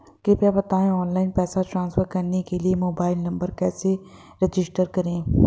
कृपया बताएं ऑनलाइन पैसे ट्रांसफर करने के लिए मोबाइल नंबर कैसे रजिस्टर करें?